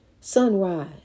sunrise